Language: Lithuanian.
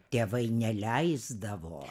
tėvai neleisdavo